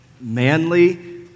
manly